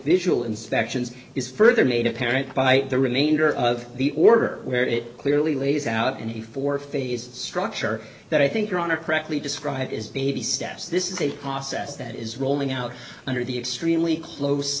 visual inspections is further made apparent by the remainder of the order where it clearly lays out in the four phase structure that i think your honor correctly described as baby steps this is a process that is rolling out under the extremely close